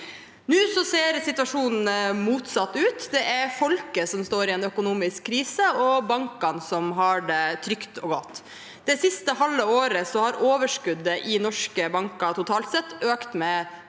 Nå ser situasjonen motsatt ut. Det er folket som står i en økonomisk krise, og bankene som har det trygt og godt. Det siste halve året har overskuddet i norske banker totalt sett økt med